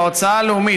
בהוצאה הלאומית,